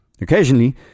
Occasionally